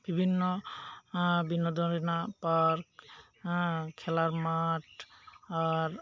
ᱵᱤᱵᱷᱤᱱᱱᱚ ᱵᱤᱱᱳᱫᱚᱱ ᱨᱮᱭᱟᱜ ᱯᱟᱨᱠ ᱠᱷᱮᱞᱟᱨ ᱢᱟᱴᱷ ᱟᱨ